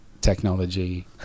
technology